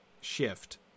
shift